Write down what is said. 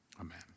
Amen